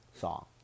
song